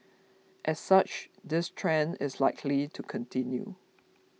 as such this trend is likely to continue